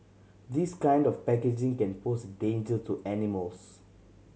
this kind of packaging can pose a danger to animals